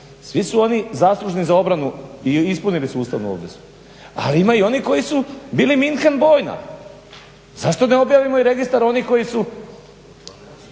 Svi su oni zaslužni za obranu i ispunili su ustavnu obvezu. Ali ima i onih koji su bili …/Govornik se ne razumije./… bojna. Zašto ne objavimo i registar onih koji su